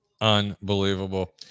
Unbelievable